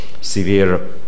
severe